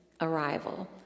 arrival